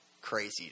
crazy